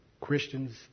Christians